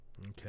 Okay